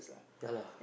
ya lah